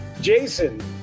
Jason